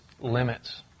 limits